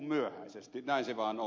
näin se vaan on